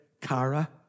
kara